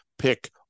pick